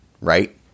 right